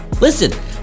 listen